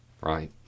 right